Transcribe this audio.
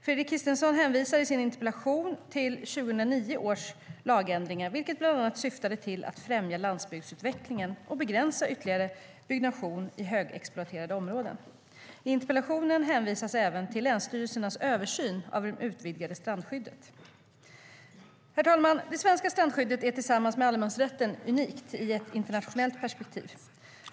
Fredrik Christensson hänvisar i sin interpellation till 2009 års lagändringar, vilka bland annat syftade till att främja landsbygdsutvecklingen och begränsa ytterligare byggnation i högexploaterade områden. I interpellationen hänvisas även till länsstyrelsernas översyn av det utvidgade strandskyddet. Herr talman! Det svenska strandskyddet är tillsammans med allemansrätten unikt i ett internationellt perspektiv.